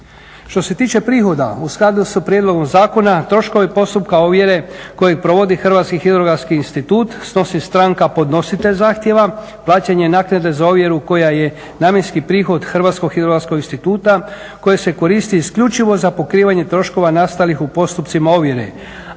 Što se tiče prihoda u skladu sa prijedlogom zakona troškove postupka ovjere kojeg provodi Hrvatski hidrografski institut snosi stranka podnositelj zahtjeva, plaćanje naknade za ovjeru koja je namjenski prihod Hrvatskog hidrografskog instituta koja se koristi isključivo za pokrivanje troškova nastalih u postupcima ovjere.